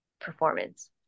performance